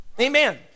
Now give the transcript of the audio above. amen